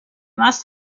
must